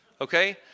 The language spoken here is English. Okay